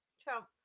Trump